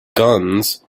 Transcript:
guns